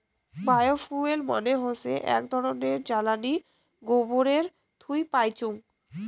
bio fuel মানে হৈসে আক ধরণের জ্বালানী গোবরের থুই পাইচুঙ